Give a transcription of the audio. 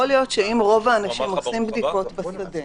יכול להיות שאם רוב האנשים עושים בדיקות בשדה,